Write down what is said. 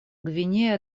гвинея